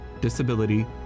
disability